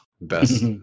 best